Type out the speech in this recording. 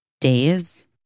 days